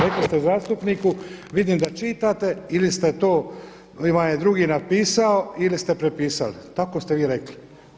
Rekli ste zastupniku vidim da čitate ili ste to ili vam je drugi napisao ili ste prepisali, tako ste vi rekli.